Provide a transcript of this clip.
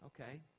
Okay